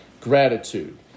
gratitude